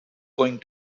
going